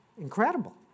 Incredible